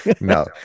no